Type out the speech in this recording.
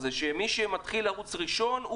שמי שמתחיל לרוץ ראשון,